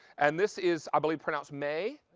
and this is i believe pronounced mei,